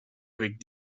avec